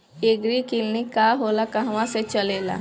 एगरी clinic का होला कहवा से चलेँला?